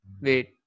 wait